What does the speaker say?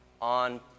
on